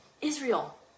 Israel